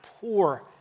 poor